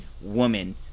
woman